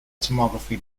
tomography